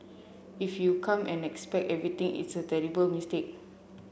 if you come and expect everything it's a terrible mistake